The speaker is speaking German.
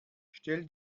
stell